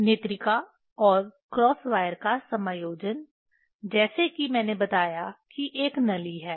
नेत्रिका और cross wire का समायोजन जैसा कि मैंने बताया कि एक नली है